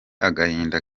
agahinda